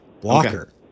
blocker